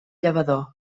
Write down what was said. llavador